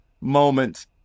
moment